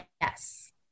yes